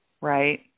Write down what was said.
right